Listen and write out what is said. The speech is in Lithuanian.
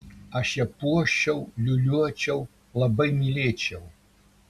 aš ją puoščiau liūliuočiau labai mylėčiau